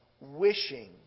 wishing